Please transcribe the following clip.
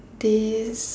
this